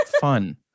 fun